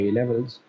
levels